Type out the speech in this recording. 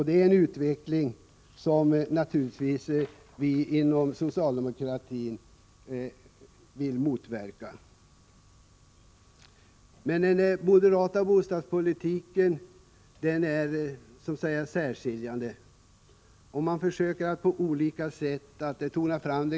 Det är en utveckling som vi inom socialdemokratin naturligtvis vill motverka. Den moderata bostadspolitiken kan särskiljas från de andra partiernas.